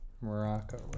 Morocco